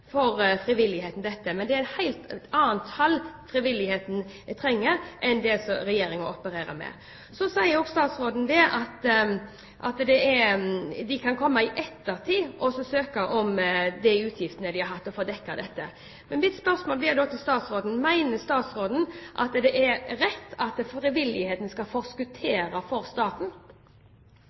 er et stort løft for frivilligheten, men det som frivilligheten trenger, er noe helt annet enn de tallene som Regjeringen opererer med. Så sier også statsråden at de kan komme i ettertid og søke om å få dekket de utgiftene de har hatt. Mitt spørsmål til statsråden blir da: Mener statsråden at det er rett at frivilligheten skal forskuttere for staten?